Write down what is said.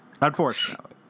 Unfortunately